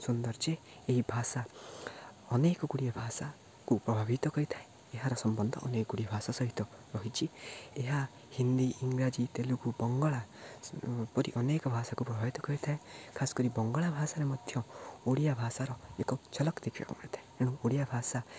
ସୌନ୍ଦର୍ଯ୍ୟ ଏହି ଭାଷା ଅନେକଗୁଡ଼ିଏ ଭାଷାକୁ ପ୍ରଭାବିତ କରିଥାଏ ଏହାର ସମ୍ବନ୍ଧ ଅନେକ ଗୁଡ଼ିଏ ଭାଷା ସହିତ ରହିଚି ଏହା ହିନ୍ଦୀ ଇଂରାଜୀ ତେଲୁଗୁ ବଙ୍ଗଳା ପରି ଅନେକ ଭାଷାକୁ ପ୍ରଭାବିତ କରିଥାଏ ଖାସ୍ କରି ବଙ୍ଗଳା ଭାଷାରେ ମଧ୍ୟ ଓଡ଼ିଆ ଭାଷାର ଏକ ଝଲକ ଦେଖିବାକୁ ମିଳିଥାଏ ତେଣୁ ଓଡ଼ିଆ ଭାଷା